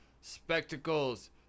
spectacles